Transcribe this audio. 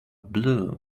blue